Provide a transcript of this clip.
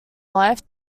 life